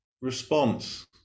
response